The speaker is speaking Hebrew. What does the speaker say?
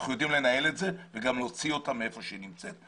אנחנו יודעים לנהל את זה וגם להוציא את העיר מהיכן שהיא נמצאת.